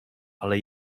ale